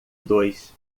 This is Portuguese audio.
dois